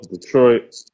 Detroit